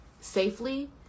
safely